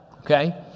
Okay